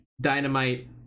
Dynamite